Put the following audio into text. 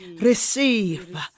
Receive